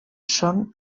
són